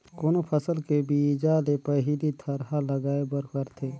कोनो फसल के बीजा ले पहिली थरहा लगाए बर परथे